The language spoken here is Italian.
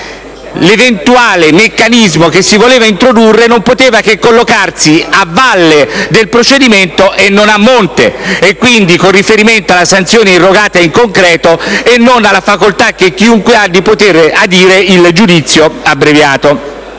l'eventuale meccanismo che si voleva introdurre non poteva che collocarsi a valle del procedimento, e non a monte, e quindi con riferimento alla sanzione erogata in concreto e non alla facoltà che chiunque ha di poter adire il giudizio abbreviato.